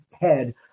head